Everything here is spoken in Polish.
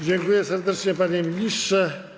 Dziękuję serdecznie, panie ministrze.